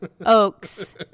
Oaks